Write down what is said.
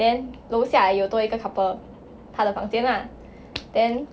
then 楼下有多一个 couple 他的房间啦 then